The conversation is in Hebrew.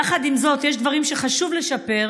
יחד עם זאת, יש דברים שחשוב לשפר.